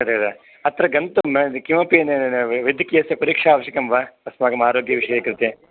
तदेव अत्र गन्तुं किमपि वैद्यकीयस्य परीक्षा आवश्यकं वा अस्माकं आरोग्यविषये कृते